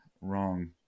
wrong